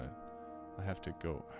i have to kill